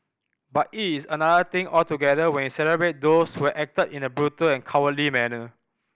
but it is another thing altogether when you celebrate those who had acted in a brutal and cowardly manner